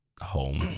home